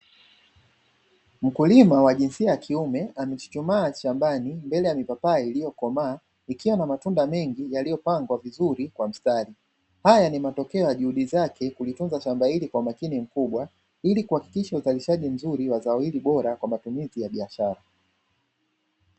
Mkulima wa jinsia ya kiume amechuchumaa shambani mbele ya mipapai iliyokomaa ikiwa na matunda mengi yaliyopangwa vizuri kwa mstari. Haya ni matokeo ya juhudi zake kulitunza shamba hili kwa umakini mkubwa, ili kuhakikisha uzalishaji mzuri wa zao hili bora kwa matumizi ya biashara.